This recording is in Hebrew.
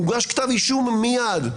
מוגש כתב אישום מיד,